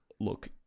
Look